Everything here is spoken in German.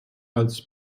als